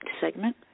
segment